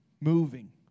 moving